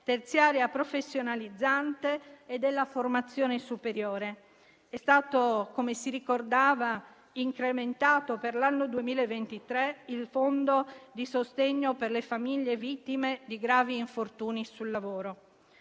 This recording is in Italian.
terziaria professionalizzante e della formazione superiore. Come si ricordava, è stato incrementato per l'anno 2023 il fondo di sostegno per le famiglie vittime di gravi infortuni sul lavoro.